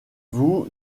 vous